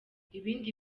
ibindi